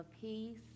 peace